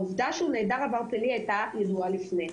העובדה שהוא נעדר עבר פלילי הייתה ידועה לפני.